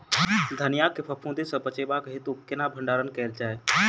धनिया केँ फफूंदी सऽ बचेबाक हेतु केना भण्डारण कैल जाए?